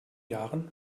jahren